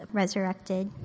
resurrected